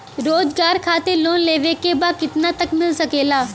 रोजगार खातिर लोन लेवेके बा कितना तक मिल सकेला?